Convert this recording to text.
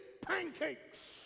pancakes